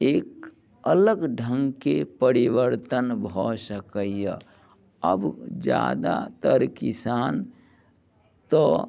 एक अलग ढङ्गके परिवर्तन भऽ सकैया अब जादातर किसान तऽ